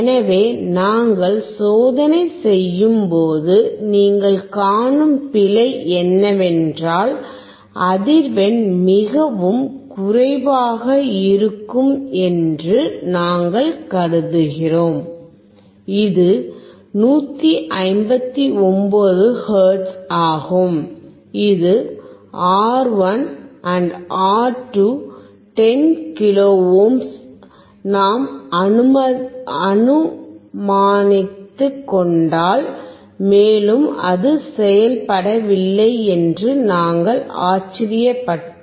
எனவே நாங்கள் சோதனையைச் செய்யும்போது நீங்கள் காணும் பிழை என்னவென்றால் அதிர்வெண் மிகவும் குறைவாக இருக்கும் என்று நாங்கள் கருதுகிறோம் இது 159 ஹெர்ட்ஸ் ஆகும் இது R1and R2 10 கிலோ ஓம்ஸ் நாம் அனுமானித்து கொண்டால் மேலும் அது செயல்படவில்லை என்று நாங்கள் ஆச்சரியப்பட்டோம்